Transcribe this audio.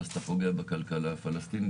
ואז אתה פוגע בכלכלה הפלסטינית,